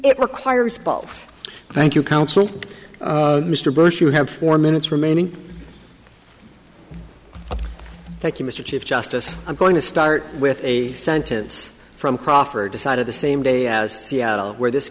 requires both thank you counsel and mr bush you have four minutes remaining thank you mr chief justice i'm going to start with a sentence from crawford decided the same day as seattle where this